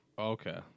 Okay